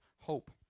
hope